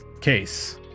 case